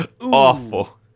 Awful